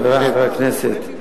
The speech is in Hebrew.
חברי חברי הכנסת,